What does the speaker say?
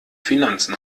finanzen